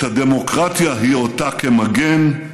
את הדמוקרטיה היא עוטה כמגן,